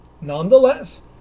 Nonetheless